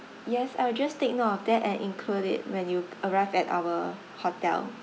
yes I will just take note of that and include it when you arrive at our hotel